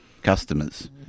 Customers